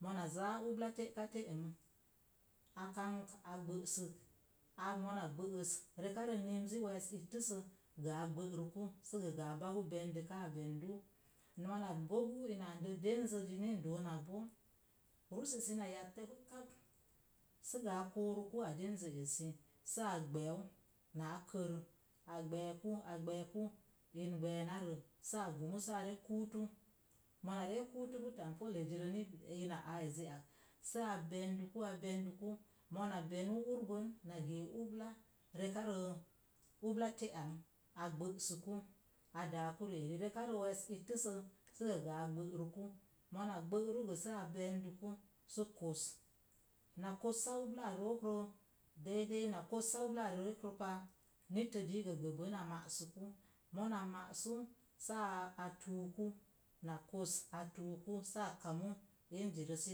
Mona zaa ubla te'ka te'ang a kang a gbəsək a mona gbə'es rekarə nimzəɛ we̱e̱ ltti sə gə a gbə'ruku sə gəgə a bagu bəndika bəndu moga inande den zezizn ni n doonak rususi na yattə pu kap sə gə a kooruku a denzə ezi sə a gbəəu naa kər a gbəku a gbəəku, in gbənarə sə a gumu sə a ree kuutu mona re kuutupu tampolzirə ni ni a aa ezi ak sə a bənduku a bənduku mona bənu urbon na gee ába, rekarə ubla te'an a gbə'suku, a daaku ri-eri rekarə we̱e̱ lttisə sə gə gə a gbə'ruku, mona gbəru sə gə a bənduku sə kos, na kossáá ublaa rookro dei dei na kosaa ublaa rookropa nitə di gəgə a ma'asuku, mona ma'su sə a tuuku na kos a tuuku sə a a kumu inzirə sə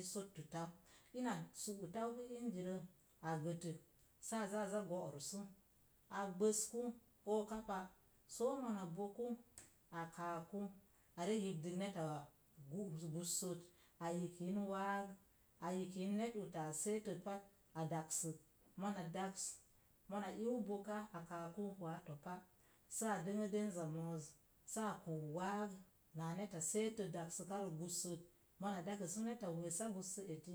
i sotutau ina sottutau pu in zirə a a gətək sə azaa a gbəsku oka soomona boku a kaa ku arə yibdik neta gussot a yiyin waag a yik yin neta seetet a daksək mona daks mona iiu boka a kaaku waa topa. Sə a dənŋə dənza mo̱o̱z sə a bo daks neta seeteet daksəkarə gussot mona dakərsapu neta wessa gussot